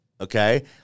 Okay